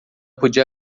podia